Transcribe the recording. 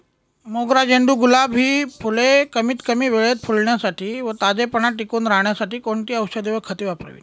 मोगरा, झेंडू, गुलाब हि फूले कमीत कमी वेळेत फुलण्यासाठी व ताजेपणा टिकून राहण्यासाठी कोणती औषधे व खते वापरावीत?